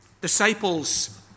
Disciples